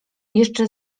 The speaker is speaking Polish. jeszcze